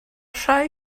rhai